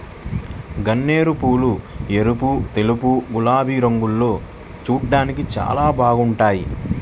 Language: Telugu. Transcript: గన్నేరుపూలు ఎరుపు, తెలుపు, గులాబీ రంగుల్లో చూడ్డానికి చాలా బాగుంటాయ్